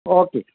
okay